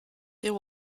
there